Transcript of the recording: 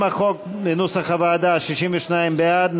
לשם החוק כנוסח הוועדה: 62 בעד,